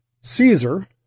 Caesar